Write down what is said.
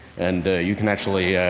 and you can actually